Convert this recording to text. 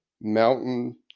mountain